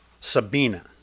Sabina